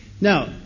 now